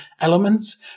elements